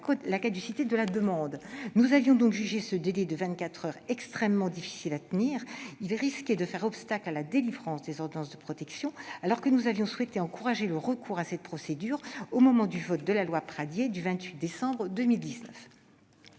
la caducité de la demande. Nous avions donc jugé ce délai de vingt-quatre heures extrêmement difficile à tenir. Il risquait de faire obstacle à la délivrance des ordonnances de protection, alors que nous avions souhaité encourager le recours à cette procédure au moment du vote de la loi du 28 décembre 2019